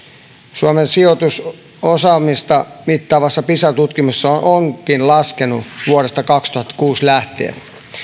suomen sijoitus osaamista mittaavassa pisa tutkimuksessa onkin laskenut vuodesta kaksituhattakuusi lähtien